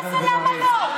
מה זה למה לא?